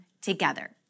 together